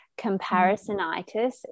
comparisonitis